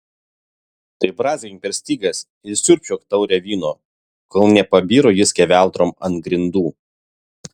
tai brązgink per stygas ir siurbčiok taurę vyno kol nepabiro ji skeveldrom ant grindų